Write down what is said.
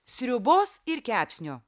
sriubos ir kepsnio